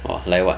orh like what